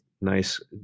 nice